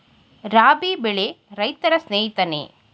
ರಾಬಿ ಬೆಳೆ ರೈತರ ಸ್ನೇಹಿತನೇ?